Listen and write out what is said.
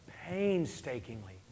Painstakingly